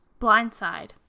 blindside